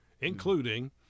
Including